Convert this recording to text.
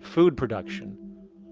food production